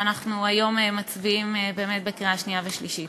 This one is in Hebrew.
ואנחנו היום מצביעים בקריאה שנייה ושלישית.